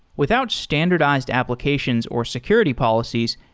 without standardized applications or security policies,